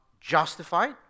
justified